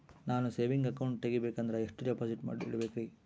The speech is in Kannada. ನಾನು ಸೇವಿಂಗ್ ಅಕೌಂಟ್ ತೆಗಿಬೇಕಂದರ ಎಷ್ಟು ಡಿಪಾಸಿಟ್ ಇಡಬೇಕ್ರಿ?